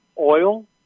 Oil